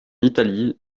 italie